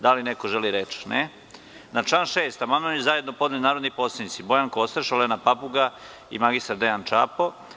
Da li neko želi reč? (Ne.) Na član 6. amandman su zajedno podneli narodni poslanici Bojan Kostreš, Olena Papuga i mr Dejan Čapo.